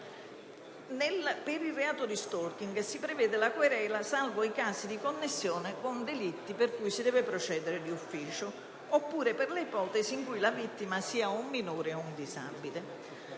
Per il reato di *stalking* si prevede la querela salvo i casi di connessione con delitti per i quali si deve procedere d'ufficio, oppure per le ipotesi in cui la vittima sia un minore o un disabile.